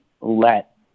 let